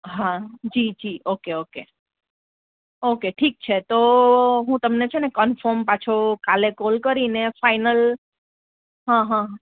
હા જી જી ઓકે ઓકે ઓકે ઠીક છે તો હું તમને છે ને કન્ફોર્મ પાછો કાલે કોલ કરીને ફાઈનલ હં હં હં